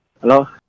Hello